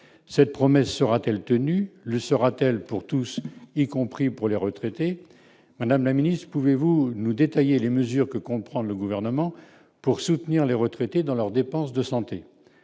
cette promesse sera-t-elle tenue le sera-t-elle pour tous, y compris pour les retraités, madame la ministre, pouvez-vous nous détailler les mesures que compte prendre le gouvernement pour soutenir les retraités dans leurs dépenses de santé,